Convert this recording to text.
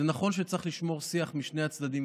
זה נכון שצריך לשמור על שיח ראוי משני הצדדים,